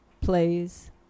plays